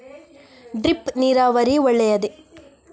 Drip ನೀರಾವರಿ ಒಳ್ಳೆಯದೇ?